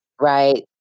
Right